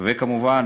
כמובן,